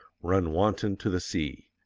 run wanton to the sea.